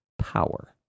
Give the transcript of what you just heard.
power